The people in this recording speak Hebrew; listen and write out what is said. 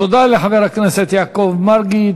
תודה לחבר הכנסת יעקב מרגי.